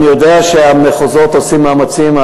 אני יודע שהמחוזות עושים מאמצים,